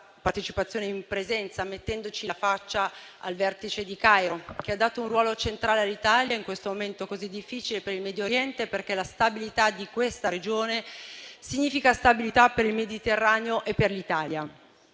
partecipazione in presenza, mettendoci la faccia, al vertice a Il Cairo, che ha dato un ruolo centrale all'Italia in questo momento così difficile per il Medio Oriente, perché la stabilità di quella regione significa stabilità per il Mediterraneo e per l'Italia.